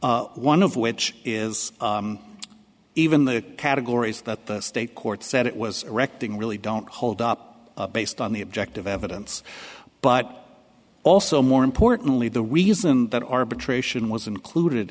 one of which is even the categories that the state court said it was directing really don't hold up based on the objective evidence but also more importantly the reason that arbitration was included